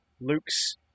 Luke's